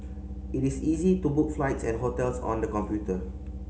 it is easy to book flights and hotels on the computer